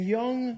young